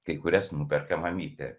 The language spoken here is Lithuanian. kai kurias nuperka mamytė